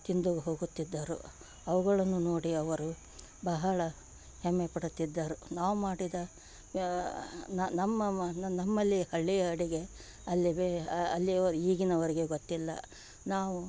ತಿಂದು ಹೋಗುತ್ತಿದ್ದರು ಅವುಗಳನ್ನು ನೋಡಿ ಅವರು ಬಹಳ ಹೆಮ್ಮೆ ಪಡುತ್ತಿದ್ದರು ನಾವು ಮಾಡಿದ ನಮ್ಮ ನಮ್ಮಲ್ಲಿ ಹಳ್ಳಿ ಅಡುಗೆ ಅಲ್ಲಿ ಬೇ ಅಲ್ಲಿಯವರು ಈಗಿನವರಿಗೆ ಗೊತ್ತಿಲ್ಲ ನಾವು